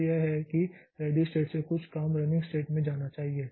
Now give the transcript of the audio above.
तो यह है कि रेडी़ स्टेट से कुछ काम रनिंग स्टेट में जाना चाहिए